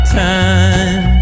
time